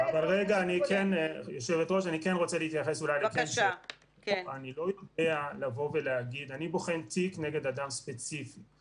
והגשנו שני כתבי אישום נגד אנשים ממוצא יהודי,